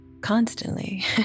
constantly